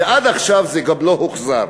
ועד עכשיו זה גם לא הוחזר.